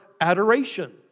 adoration